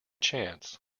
chance